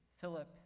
Philip